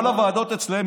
כל הוועדות אצלם,